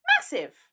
Massive